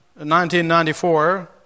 1994